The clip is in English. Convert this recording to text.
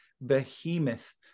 behemoth